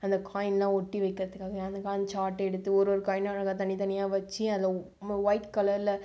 அந்த காயின்லாம் ஒட்டி வைக்கறதுக்காக அந்த மாதிரி சார்ட் எடுத்து ஒரு ஒரு காயினாக அழகாக தனித் தனியாக வச்சு அதை ஒயிட் கலரில்